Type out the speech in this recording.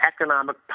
economic